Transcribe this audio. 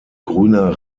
grüner